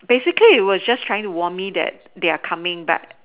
basically it was just trying to warn me that they are coming but